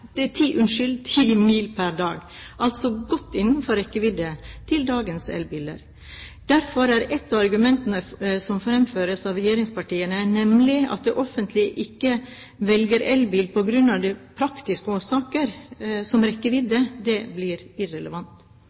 dag, altså godt innenfor rekkevidden til dagens elbiler. Derfor er et av argumentene som fremføres av regjeringspartiene, nemlig at det offentlige ikke velger elbil av praktiske årsaker som f.eks. rekkevidde, irrelevant. Det